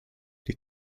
die